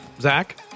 Zach